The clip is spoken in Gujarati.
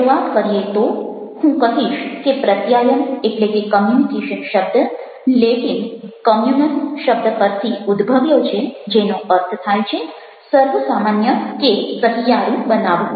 શરૂઆત કરીએ તું હું કહીશ કે પ્રત્યાયન એટલે કે કમ્યુનિકેશન શબ્દ લેટિન કમ્યુનસ શબ્દ પરથી ઉદ્ભવ્યો છે જેનો અર્થ થાય છે સર્વસામાન્ય કે સહિયારું બનાવવું